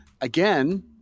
again